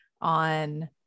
on